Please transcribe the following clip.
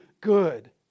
good